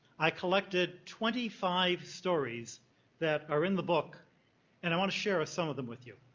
i collected twenty five stories that are in the book and i want to share ah some of them with you.